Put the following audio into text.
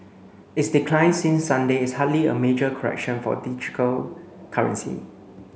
its decline since Sunday is hardly a major correction for digital currency